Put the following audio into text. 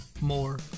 more